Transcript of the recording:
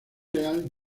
real